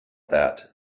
that